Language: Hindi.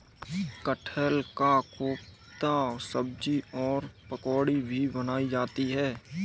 कटहल का कोफ्ता सब्जी और पकौड़ी भी बनाई जाती है